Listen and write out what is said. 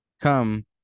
come